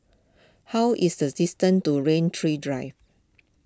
how is the distance to Rain Tree Drive